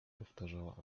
powtarza